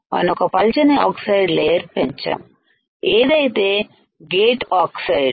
మనం ఒక పలుచని ఆక్సైడ్ లేయర్పెంచాము ఏదైతే గేట్ ఆక్సైడ్